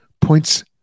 points